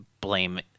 blame